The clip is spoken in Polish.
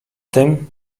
tym